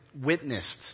witnessed